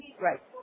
Right